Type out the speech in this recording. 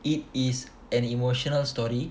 it is an emotional story